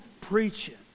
preaching